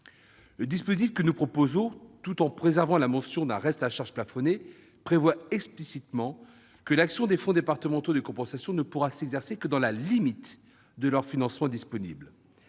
Le dispositif que nous proposons, tout en préservant la mention d'un reste à charge plafonné, prévoit explicitement que l'action des fonds départementaux de compensation ne pourra s'exercer que dans la limite de leurs financements disponibles.